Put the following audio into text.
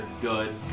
good